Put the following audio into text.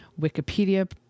Wikipedia